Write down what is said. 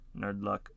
Nerdluck